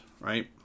Right